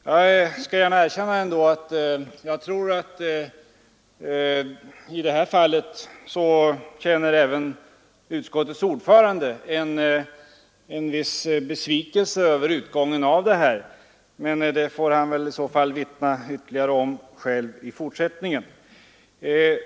Jag skall ändå gärna erkänna att jag tror att i det här fallet även utskottets ordförande känner en viss besvikelse över utgången, men det får han väl i så fall själv vittna ytterligare om i fortsättningen.